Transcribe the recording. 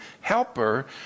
Helper